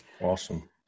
Awesome